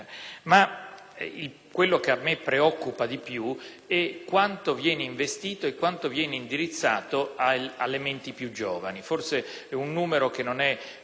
Quello che però a me preoccupa maggiormente è quanto viene investito e quanto viene indirizzato alle menti più giovani. Forse è un numero che non è noto a tutti